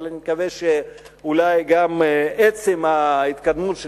אבל אני מקווה שאולי גם עצם ההתקדמות של